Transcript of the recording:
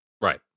Right